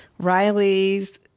Riley's